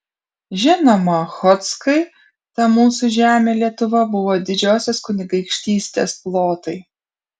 žinoma chodzkai ta mūsų žemė lietuva buvo didžiosios kunigaikštystės plotai